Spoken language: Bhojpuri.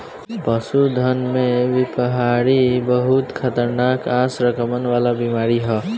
पशुधन में बिषहरिया बहुत खतरनाक आ संक्रमण वाला बीमारी ह